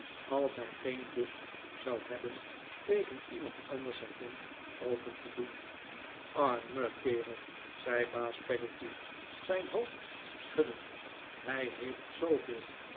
als hij geen lust zou hebben tegen iemand anders zijn mond open te doen arme kerel zei baas peggotty zijn hoofd schuddend hij heeft zooveel